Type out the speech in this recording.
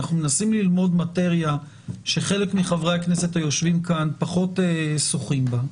אנחנו מנסים ללמוד מטריה שחלק מחברי הכנסת היושבים כאן פחות שוחים בה,